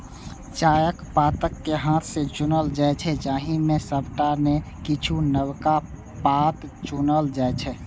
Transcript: चायक पात कें हाथ सं चुनल जाइ छै, जाहि मे सबटा नै किछुए नवका पात चुनल जाइ छै